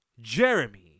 Jeremy